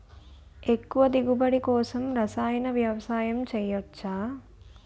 ఎక్కువ దిగుబడి కోసం రసాయన వ్యవసాయం చేయచ్చ?